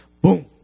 boom